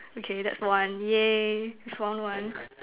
okay that's one !yay! we found one